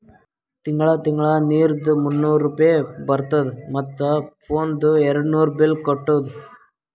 ತಿಂಗಳ ತಿಂಗಳಾ ನೀರ್ದು ಮೂನ್ನೂರ್ ರೂಪೆ ಬರ್ತುದ ಮತ್ತ ಫೋನ್ದು ಏರ್ಡ್ನೂರ್ ಬಿಲ್ ಕಟ್ಟುದ